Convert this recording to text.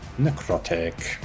necrotic